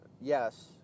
yes